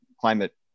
climate